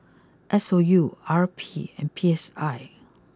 S O U R P and P S I